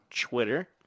Twitter